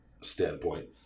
standpoint